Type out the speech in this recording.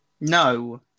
No